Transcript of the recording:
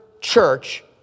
church